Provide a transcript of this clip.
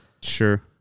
Sure